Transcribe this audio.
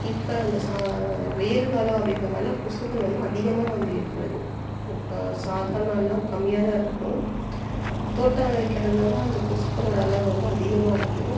இப்போ இந்த ச வெயில் காலம் அப்படிங்கிறனால கொசுக்கள் வந்து அதிகமாக வந்து ஏற்படுது இப்போ சாதா நாள் எல்லாம் கம்மியாகதான் இருக்கும் தோட்டம் வைக்கிறனால அந்த கொசுக்களோட அளவு வந்து அதிகமாக இருக்கு